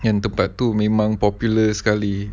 yang tempat tu memang popular sekali